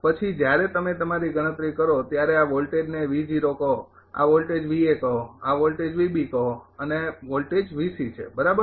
પછી જ્યારે તમે તમારી ગણતરી કરો ત્યારે આ વોલ્ટેજને કહો આ વોલ્ટેજ કહો આ વોલ્ટેજ કહો આ વોલ્ટેજ છે બરાબર